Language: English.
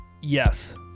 yes